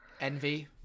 Envy